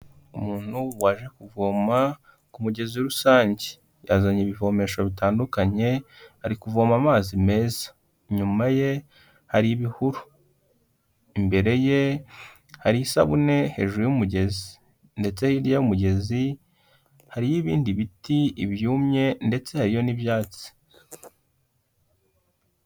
Umuntu waje kuvoma ku mugezi rusange, yazanye ibivomesho bitandukanye ari kuvoma amazi meza, inyuma ye hari ibihuru, imbere ye hari isabune hejuru y'umugezi ndetse hirya y'umugezi hari ibindi biti ibyumye ndetse hariyo n'ibyatsi.